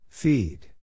Feed